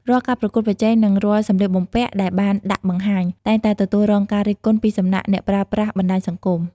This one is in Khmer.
រាល់ការប្រកួតប្រជែងនិងរាល់សម្លៀកបំពាក់ដែលបានដាក់បង្ហាញ តែងតែទទួលរងការរិះគន់ពីសំណាក់អ្នកប្រើប្រាស់បណ្តាញសង្គម។